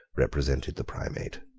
represented the primate.